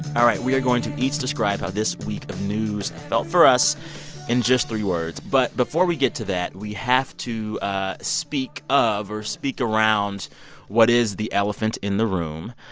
all right, we are going to each describe how this week of news felt for us in just three words. but before we get to that, we have to ah speak of or speak around what is the elephant in the room.